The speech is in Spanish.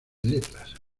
letras